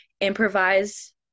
improvise